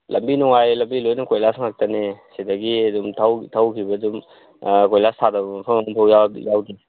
ꯂꯝꯕꯤ ꯅꯨꯡꯉꯥꯏꯔꯦ ꯂꯝꯕꯤ ꯂꯣꯏꯅꯃꯛ ꯀꯣꯏꯂꯥꯁ ꯉꯥꯛꯇꯅꯦ ꯁꯤꯗꯒꯤ ꯑꯗꯨꯝ ꯊꯧꯈꯤꯕꯗ ꯑꯗꯨꯝ ꯀꯣꯏꯂꯥꯁ ꯊꯥꯗꯕ ꯃꯐꯝ ꯑꯝꯐꯥꯎ ꯌꯥꯎꯗꯦ